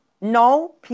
no